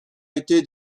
été